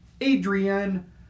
Adrian